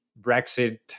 Brexit